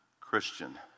Christian